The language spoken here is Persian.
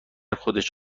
خودش